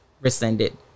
rescinded